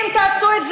תפסיקי להפריע.